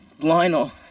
Lionel